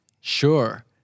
Sure